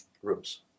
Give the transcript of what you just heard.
groups